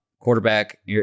quarterback